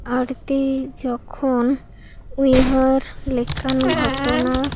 ᱟᱬᱛᱤ ᱡᱚᱠᱷᱚᱱ ᱩᱭᱦᱟᱹᱨ ᱠᱮᱷᱠᱟᱱ ᱜᱷᱚᱴᱚᱱᱟ